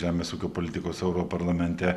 žemės ūkio politikos europarlamente